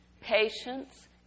patience